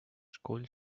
school